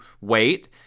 wait